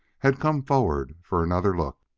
had come forward for another look.